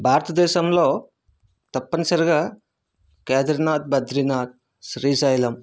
భారతదేశంలో తప్పనిసరిగా కేదరినాథ్ బద్రినాథ్ శ్రీశైలం